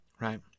right